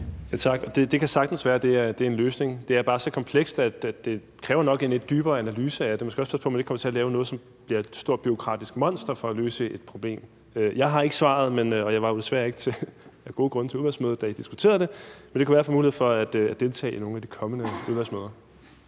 15:01 Stinus Lindgreen (RV): Tak. Det kan sagtens være, at det er en løsning. Det er bare så komplekst, at det nok kræver en lidt dybere analyse af det. Man skal også passe på, at man ikke kommer til at lave noget, som bliver et stort bureaukratisk monster, for at løse et problem. Jeg har ikke svaret, og jeg var jo desværre af gode grunde ikke til udvalgsmødet, da I diskuterede det. Men det kan være, at jeg får mulighed for at deltage i nogle af de kommende udvalgsmøder.